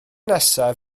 nesaf